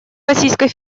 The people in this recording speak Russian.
российской